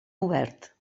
obert